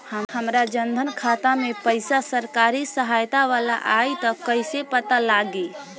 हमार जन धन खाता मे पईसा सरकारी सहायता वाला आई त कइसे पता लागी?